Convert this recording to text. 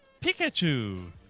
Pikachu